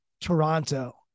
Toronto